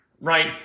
right